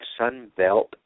Sunbelt